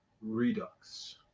Redux